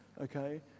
Okay